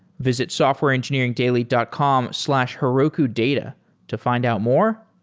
visit softwareengineeringdaily dot com slash herokudata to find out more,